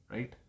Right